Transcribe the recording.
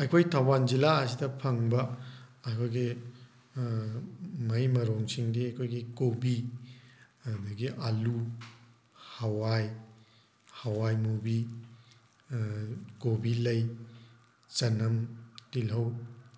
ꯑꯩꯈꯣꯏ ꯊꯧꯕꯥꯟ ꯖꯤꯜꯂꯥ ꯑꯁꯤꯗ ꯐꯪꯕ ꯑꯩꯈꯣꯏꯒꯤ ꯃꯍꯩ ꯃꯔꯣꯡꯁꯤꯡꯗꯤ ꯑꯩꯈꯣꯏꯒꯤ ꯀꯣꯕꯤ ꯑꯗꯒꯤ ꯑꯥꯜꯂꯨ ꯍꯋꯥꯏ ꯍꯋꯥꯏꯃꯨꯕꯤ ꯀꯣꯕꯤ ꯂꯩ ꯆꯅꯝ ꯇꯤꯜꯍꯧ